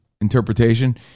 interpretation